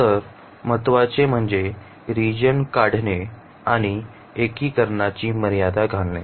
तर महत्त्वाचे म्हणजे रिजन काढणे आणि एकीकरणाची मर्यादा घालणे